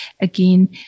Again